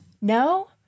No